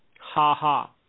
ha-ha